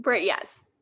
Yes